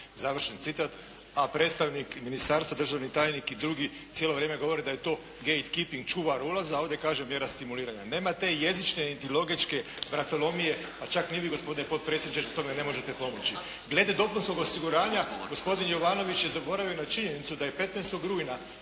završen citat. A predstavnik ministarstva, državni tajnik i drugi cijelo vrijeme govore da je to gate keeping, čuvar ulaza, a ovdje kažem mjera stimuliranja. Nema te jezične niti logičke vratolomije, pa čak ni vi gospodine potpredsjedniče tome ne možete pomoći. Glede dopunskog osiguranja gospodin Jovanović je zaboravio na činjenicu da je 15. rujna